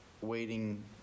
waiting